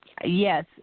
Yes